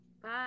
Bye